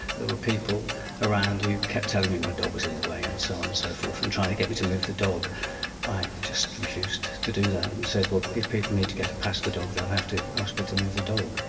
there were people around who kept telling me my dog was in the way and so on and so forth, and trying to get me to move the dog, i just refused to do that and said well if people need to get past the dog they'll have to ask me to move the dog.